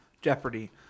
Jeopardy